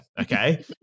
Okay